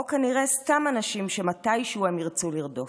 או כנראה סתם אנשים שמתישהו הם ירצו לרדוף.